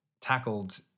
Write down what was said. tackled